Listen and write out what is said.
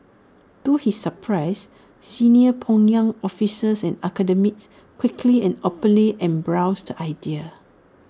to his surprise senior pyongyang officials and academics quickly and openly embraced the idea